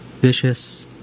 Vicious